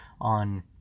on